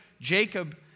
Jacob